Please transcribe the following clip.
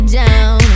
down